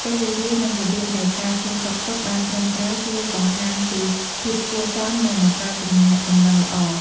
ពេលវេលា និងរបៀបនៃការសួរសុខទុក្ខបានត្រឹមត្រូវ ជួយបង្ហាញពីភាពគួរសម និងបង្កើតទំនាក់ទំនងល្អ។